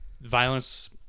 violence